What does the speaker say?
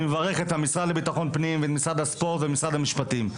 ואני מברך את המשרד לביטחון הפנים ואת משרד הספורט ואת משרד המשפטים.